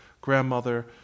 grandmother